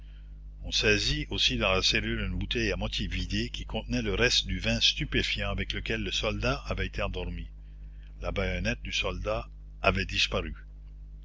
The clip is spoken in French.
on saisit aussi dans la cellule une bouteille à moitié vidée qui contenait le reste du vin stupéfiant avec lequel le soldat avait été endormi la bayonnette du soldat avait disparu